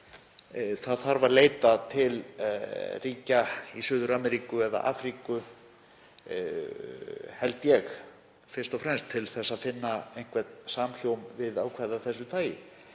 Það þarf að leita til ríkja í Suður-Ameríku eða Afríku, held ég, fyrst og fremst til þess að finna einhvern samhljóm við ákvæði af þessu tagi.